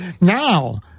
now